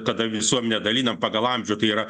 tada visom nedalinam pagal amžių tai yra